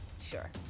Sure